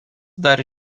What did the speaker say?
dar